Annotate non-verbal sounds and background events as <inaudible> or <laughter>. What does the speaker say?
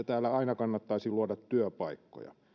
<unintelligible> täällä aina kannattaisi luoda työpaikkoja